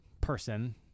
person